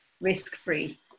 risk-free